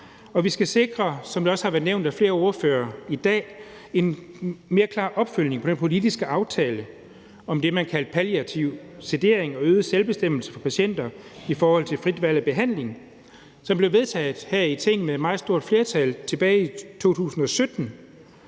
vi skal sikre, som det også har været nævnt af flere ordførere i dag, en mere klar opfølgning på den politiske aftale om det, man kalder palliativ sedering og øget selvbestemmelse for patienter i forhold til frit valg af behandling, som blev vedtaget her i Tinget med et meget stort flertal tilbage i 2017,